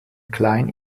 klein